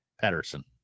Patterson